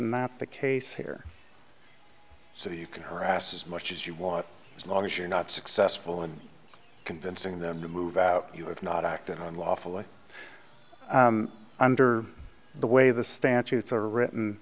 map the case here so you can harass as much as you want as long as you're not successful in convincing them to move out you have not acted unlawfully under the way the statutes are written